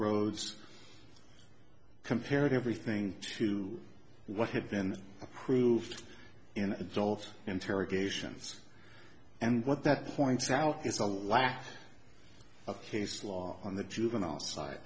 roads compared everything to what had been approved in adult interrogations and what that points out is a lack of case law on the juvenile side